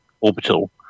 orbital